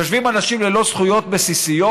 יושבים אנשים ללא זכויות בסיסיות.